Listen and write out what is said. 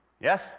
Yes